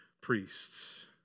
priests